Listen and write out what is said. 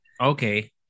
Okay